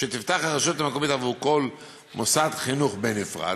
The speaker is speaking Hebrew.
שתפתח הרשות המקומית בעבור כל מוסד חינוך בנפרד,